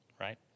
right